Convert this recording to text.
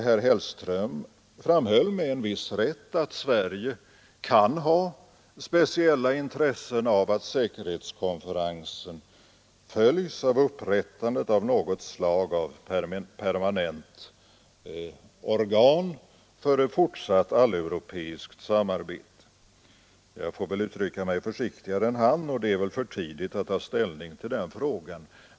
Herr Hellström framhöll — med en viss rätt — att Sverige kan ha speciella intressen av att säkerhetskonferensen följs av upprättandet av något slags permanent organ för ett fortsatt alleuropeiskt samarbete. Jag får väl uttrycka mig försiktigare än han. Det är för tidigt att ta ställning till den frågan.